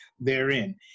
therein